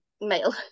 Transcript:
male